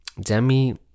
Demi